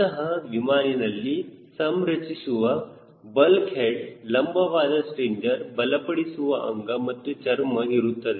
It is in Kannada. ಇಂತಹ ವಿಮಾನಿನಲ್ಲಿ ರಚಿಸಿರುವ ಬಲ್ಕ್ ಹೆಡ್ ಲಂಬವಾದ ಸ್ಟ್ರಿಂಜರ್ ಬಲಪಡಿಸುವ ಅಂಗ ಮತ್ತು ಚರ್ಮ ಇರುತ್ತದೆ